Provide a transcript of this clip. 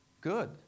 good